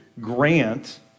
grant